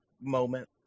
moment